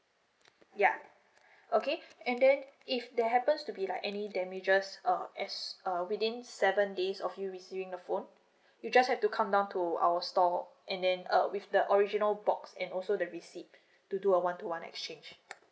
ya okay and then if that happens to be like any damages uh as uh within seven days of you receiving the phone you just have to come down to our store and then uh with the original box and also the receipt to do a one to one exchange